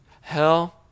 Hell